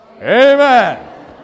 Amen